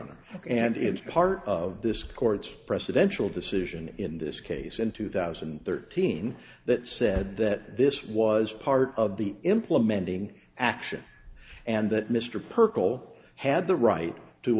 honor and it's part of this court's presidential decision in this case in two thousand and thirteen that said that this was part of the implementing action and that mr perkel had the right to